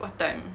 what time